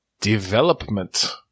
Development